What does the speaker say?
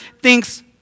thinks